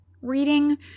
reading